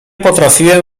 potrafiłem